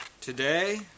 today